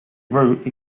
route